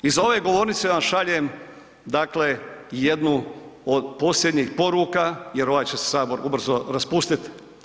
Iz ove govornice vam šaljem jednu od posljednjih poruka jer ovaj će se Sabor ubrzo raspustiti.